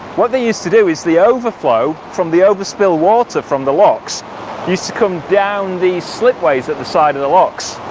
what they used to do is the overflow from the overspill water from the locks used to come down these slipways at the side of the locks.